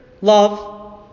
love